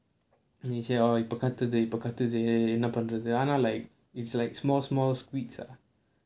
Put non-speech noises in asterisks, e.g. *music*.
*laughs* கத்துது இப்போ கத்துது என்ன பண்றது:kathuthu ippo kathuthu enna pandrathu like it's like small small squeaks ah